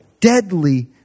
deadly